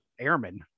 airmen